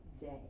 day